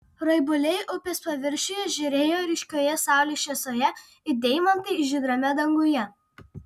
raibuliai upės paviršiuje žėrėjo ryškioje saulės šviesoje it deimantai žydrame danguje